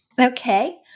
Okay